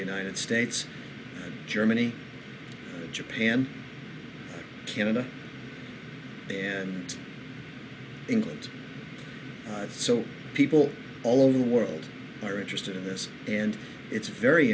united states germany japan canada and england so people all over the world are interested in this and it's very